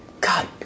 God